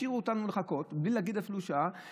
השאירו אותנו לחכות בלי להגיד אפילו שעה,